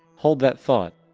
hold that thought,